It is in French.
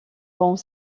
dans